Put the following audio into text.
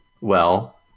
Well-